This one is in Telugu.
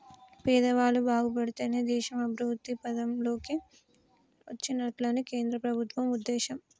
పేదవాళ్ళు బాగుపడితేనే దేశం అభివృద్ధి పథం లోకి వచ్చినట్లని కేంద్ర ప్రభుత్వం ఉద్దేశం